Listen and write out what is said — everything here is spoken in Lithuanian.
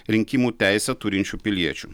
rinkimų teisę turinčių piliečių